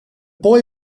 boy